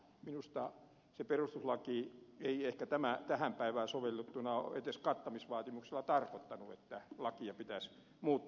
minusta perustuslaissa ei ehkä tähän päivään sovellettuna ole kattamisvaatimuksella edes tarkoitettu sitä että lakia pitäisi muuttaa